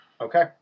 Okay